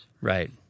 Right